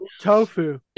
tofu